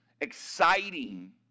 exciting